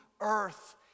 earth